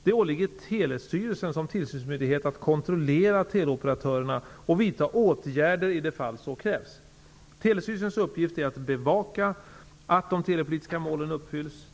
Det åligger Telestyrelsen såsom tillsynsmyndighet att kontrollera teleoperatörerna och vidta åtgärder i fall där så krävs. Telestyrelsens uppgift är att bevaka att de telepolitiska målen uppfylls.